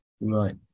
right